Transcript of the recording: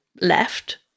left